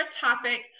topic